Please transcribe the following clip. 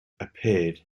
appeared